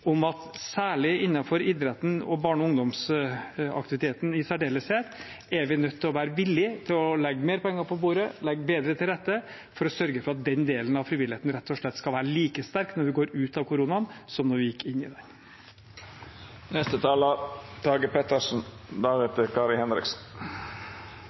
at særlig innenfor idretten, og barne- og ungdomsaktiviteten i særdeleshet, er vi nødt til å være villige til å legge mer penger på bordet, legge bedre til rette for å sørge for at den delen av frivilligheten rett og slett skal være like sterk når vi går ut av koronaen, som da vi gikk inn i